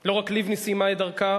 לא רק לבני סיימה את דרכה,